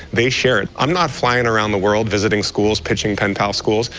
they share it. i'm not flying around the world, visiting schools, pitching penpal schools,